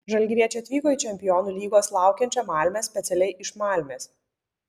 žalgiriečiai atvyko į čempionų lygos laukiančią malmę specialiai iš malmės